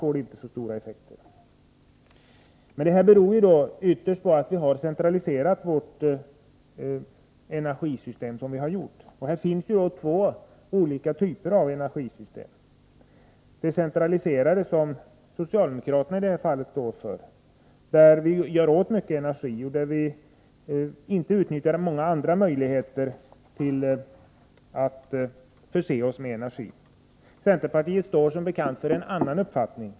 Att följderna den 27 december blev så omfattande beror ytterst på att vi i så hög grad har centraliserat vårt energisystem. Det finns två olika typer av energisystem. Det ena är det centraliserade, som socialdemokraterna i detta fall står för, i det systemet gör vi av med mycket energi och utnyttjar inte många andra möjligheter att förse oss med energi. Centerpariet står som bekant för en annan uppfattning.